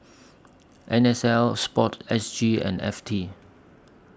N S L Sport S G and F T